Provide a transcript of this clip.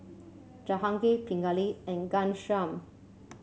Jahangir Pingali and Ghanshyam